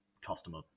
customer